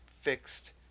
fixed